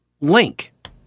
link